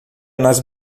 nas